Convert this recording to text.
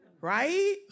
right